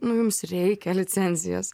nu jums reikia licenzijas